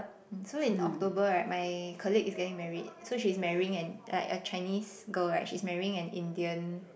so in October right my colleague is getting married so she's marrying an a a Chinese girl right she's marrying an Indian